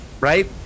right